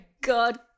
God